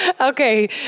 Okay